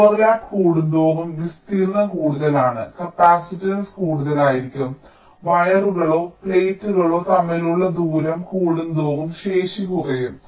overlap കൂടുന്തോറും വിസ്തീർണ്ണം കൂടുതലാണ് കപ്പാസിറ്റൻസ് കൂടുതലായിരിക്കും വയറുകളോ പ്ലേറ്റുകളോ തമ്മിലുള്ള ദൂരം കൂടുന്തോറും ശേഷി കുറയും